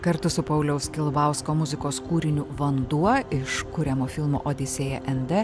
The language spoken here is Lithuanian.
kartu su pauliaus kilbausko muzikos kūriniu vanduo iš kuriamo filmo odisėja n d